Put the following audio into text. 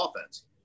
offense